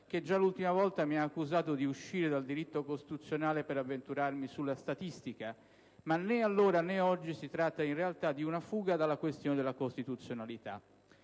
che già l'ultima volta mi ha accusato di uscire dal diritto costituzionale per avventurarmi nella statistica. Ma né allora, né oggi si tratta in realtà di una fuga dalla questione della costituzionalità.